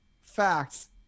facts